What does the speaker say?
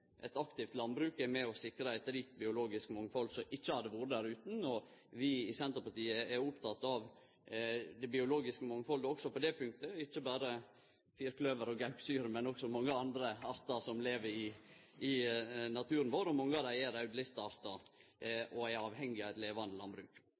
Eit aktivt landbruk er med og sikrar eit rikt biologisk mangfald som ikkje hadde vore der utan. Vi i Senterpartiet er opptekne av det biologiske mangfaldet også på det punktet, ikkje berre når det gjeld firkløver og gauksyre, men også mange andre artar som lever i naturen vår. Mange av dei er raudlisteartar og er avhengige av eit levande landbruk. Det